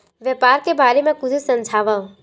व्यापार के बारे म कुछु समझाव?